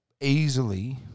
easily